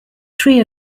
three